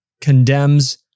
condemns